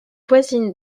voisines